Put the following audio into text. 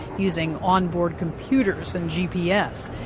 using onboard computers and gps.